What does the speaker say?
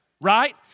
right